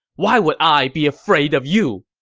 why would i be afraid of you!